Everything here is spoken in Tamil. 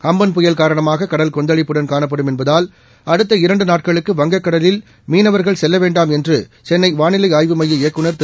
அப்பன் புயல் காரணமாக கடல் கொந்தளிப்புடன் காணப்படும் என்பதால் அடுத்த இரண்டு நாட்களுக்கு வங்கக்கடலில் மீன்பிடிக்கச் செல்ல வேண்டாம் என்று மீனவர்களை சென்ளை வாளிலை ஆய்வுமைய இயக்குநர் திரு